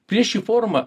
prieš šį forumą